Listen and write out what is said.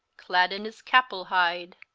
cladd in his capull hyde.